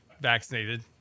vaccinated